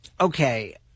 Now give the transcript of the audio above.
Okay